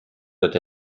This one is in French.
doit